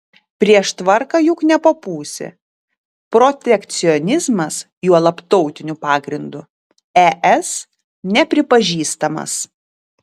prieš tvarką juk nepapūsi protekcionizmas juolab tautiniu pagrindu es nepripažįstamas